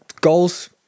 goals